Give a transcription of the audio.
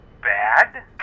bad